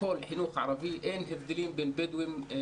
הכול חינוך ערבי ואין הבדלים בין בדואים ולא